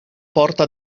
porta